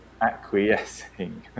acquiescing